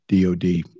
DOD